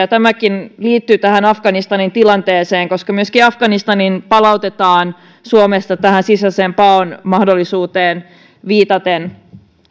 tämäkin liittyy tähän afganistanin tilanteeseen koska myöskin afganistaniin palautetaan suomesta tähän sisäisen paon mahdollisuuteen viitaten